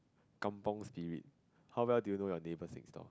kampung spirit how well do you know your neighbours next door